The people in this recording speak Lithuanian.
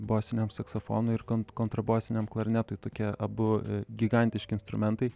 bosiniam saksofonui ir kont kontrabosiniam klarnetui tokie abu gigantiški instrumentai